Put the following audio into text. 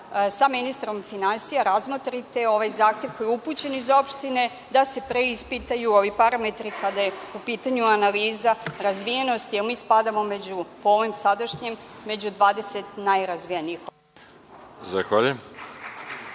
sa ministrom finansija razmotrite ovaj zahtev koji je upućen iz opštine, da se preispitaju ovi parametri kada je u pitanju analiza razvijenosti, a mi spadamo po ovim sadašnjim među 20 najrazvijenijih opština.